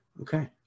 Okay